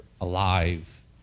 alive